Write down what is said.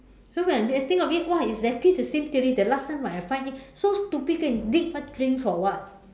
so when I think of it !wah! exactly the same theory that last time when I find it so stupid go and dig what drain for what